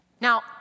Now